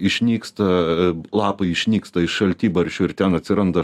išnyksta lapai išnyksta iš šaltibarščių ir ten atsiranda